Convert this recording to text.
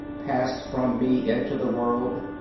passed from me into the world,